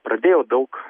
pradėjo daug